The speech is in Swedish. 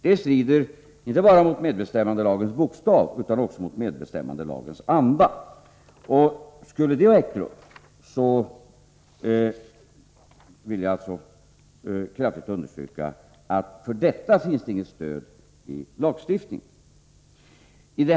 Det strider inte bara mot medbestämmandelagens bokstav utan också mot dess anda. Skulle något sådant ha ägt rum, vill jag kraftigt understryka att det inte finns något stöd för detta i lagstiftningen.